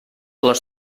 les